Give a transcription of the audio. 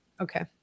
okay